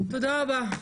תודה רבה.